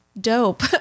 dope